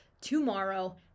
tomorrow